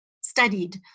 studied